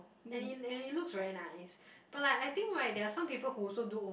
and it and it looks very nice but like I think like there are some people who also do